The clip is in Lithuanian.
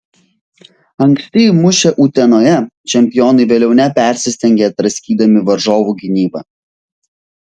anksti įmušę utenoje čempionai vėliau nepersistengė draskydami varžovų gynybą